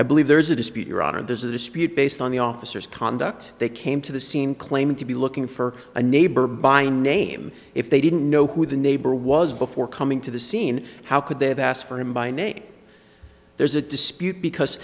i believe there's a dispute your honor and there's a dispute based on the officers conduct they came to the scene claiming to be looking for a neighbor by name if they didn't know who the neighbor was before coming to the scene how could they have asked for him by name there's a dispute because